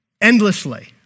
endlessly